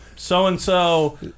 so-and-so